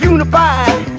Unified